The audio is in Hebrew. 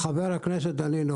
חבר הכנסת דנינו,